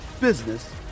business